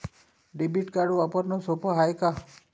Debit card वापरणं सोप हाय का?